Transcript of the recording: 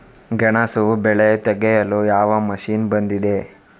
ಗೆಣಸು ಬೆಳೆ ತೆಗೆಯಲು ಯಾವ ಮಷೀನ್ ಬಂದಿದೆ?